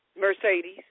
Mercedes